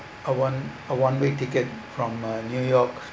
a one a one way ticket from uh new york